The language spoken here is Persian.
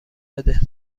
بده